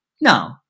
No